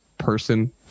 person